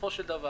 בסופו של דבר,